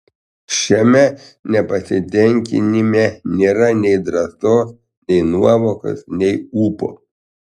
šiame nepasitenkinime nėra nei drąsos nei nuovokos nei ūpo